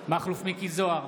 מכלוף מיקי זוהר,